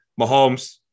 mahomes